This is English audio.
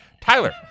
Tyler